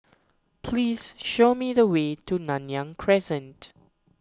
please show me the way to Nanyang Crescent